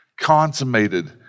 consummated